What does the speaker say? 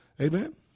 Amen